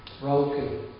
broken